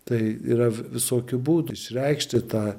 tai yra visokių būdų išreikšti tą